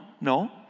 No